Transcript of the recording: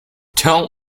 don’t